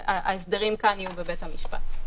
ההסדרים כאן יהיו בבית המשפט.